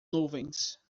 nuvens